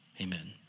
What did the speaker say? amen